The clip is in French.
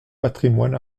patrimoine